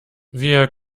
wir